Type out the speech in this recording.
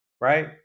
Right